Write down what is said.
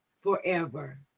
forever